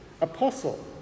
Apostle